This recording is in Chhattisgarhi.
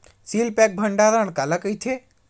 सील पैक भंडारण काला कइथे?